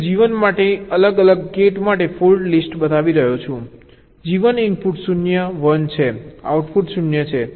હું G1 માટેના અલગ અલગ ગેટ માટે ફોલ્ટ લિસ્ટ બતાવી રહ્યો છું G1 ઇનપુટ 0 1 છે આઉટપુટ 0 છે